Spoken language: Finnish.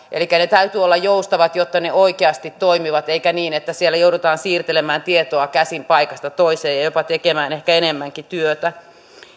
elikkä niiden täytyy olla joustavat jotta ne oikeasti toimivat eikä niin että siellä joudutaan siirtelemään tietoa käsin paikasta toiseen ja jopa tekemään ehkä enemmänkin työtä